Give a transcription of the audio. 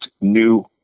new